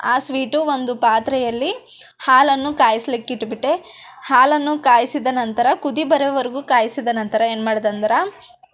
ಆ ಸ್ವೀಟು ಒಂದು ಪಾತ್ರೆಯಲ್ಲಿ ಹಾಲನ್ನು ಕಾಯಿಸ್ಲಿಕಿಟ್ಬಿಟ್ಟೆ ಹಾಲನ್ನು ಕಾಯಿಸಿದ ನಂತರ ಕುದಿ ಬರೋವರೆಗೂ ಕಾಯಿಸಿದ ನಂತರ ಏನು ಮಾಡ್ದ ಅಂದರೆ